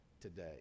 today